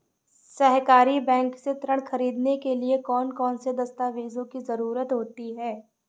सहकारी बैंक से ऋण ख़रीदने के लिए कौन कौन से दस्तावेजों की ज़रुरत होती है?